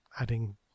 adding